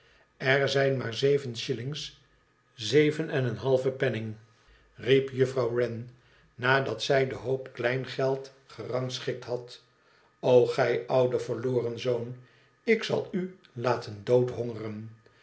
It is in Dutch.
r zijn maar zeven shillings zeven en een halve penning riep juffrouw wren nadat zij den hoop kleingeld gerangschikt had o gij oude verloren zoon ik zal u laten